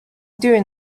doing